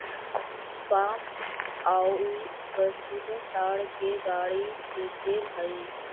पाम oil वस्तुतः ताड़ के गड़ी के तेल हई